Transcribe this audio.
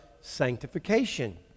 sanctification